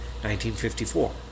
1954